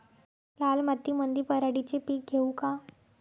लाल मातीमंदी पराटीचे पीक घेऊ का?